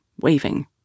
waving